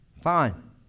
Fine